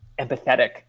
empathetic